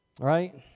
Right